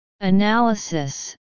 Analysis